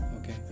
Okay